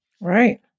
Right